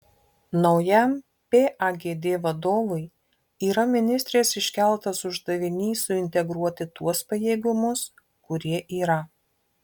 naujam pagd vadovui yra ministrės iškeltas uždavinys suintegruoti tuos pajėgumus kurie yra